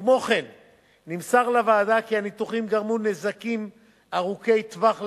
כמו כן נמסר לוועדה כי הניתוחים גרמו נזקים ארוכי טווח לחולים,